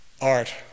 Art